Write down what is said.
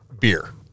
beer